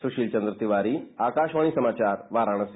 सुशील चन्द्र तिवारी आकाशवाणी समाचार वाराणसी